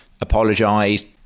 apologised